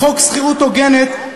חוק שכירות הוגנת,